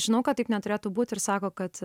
žinau kad taip neturėtų būt ir sako kad